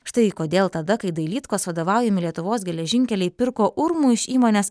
štai kodėl tada kai dailydkos vadovaujami lietuvos geležinkeliai pirko urmu iš įmonės